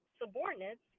subordinates